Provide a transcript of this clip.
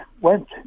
went